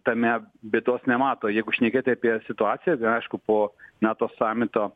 tame bėdos nemato jeigu šnekėti apie situaciją tai aišku po nato samito